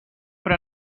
però